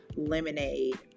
lemonade